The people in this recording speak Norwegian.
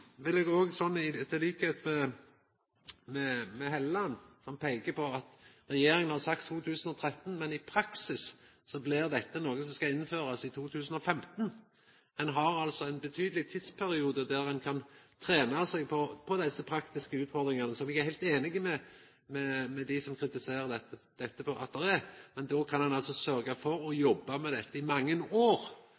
vil eg, som Helleland, peika på at regjeringa har sagt at ein skal innføra dette i 2013, men i praksis blir dette noko som skal innførast i 2015. Ein har altså ein betydeleg tidsperiode der ein kan trena på desse praktiske utfordringane, som eg er heilt einig med dei som kritiserer dette, i er der. Då kan ein sørgja for å jobba med dette i mange år, få dette på